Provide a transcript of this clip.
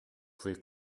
pouvez